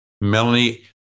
Melanie